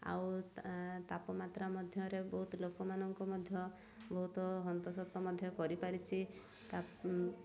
ଆଉ ତାପମାତ୍ରା ମଧ୍ୟରେ ବହୁତ ଲୋକମାନଙ୍କୁ ମଧ୍ୟ ବହୁତ ହନ୍ତସନ୍ତ ମଧ୍ୟ କରିପାରିଛି ତା